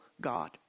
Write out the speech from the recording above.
God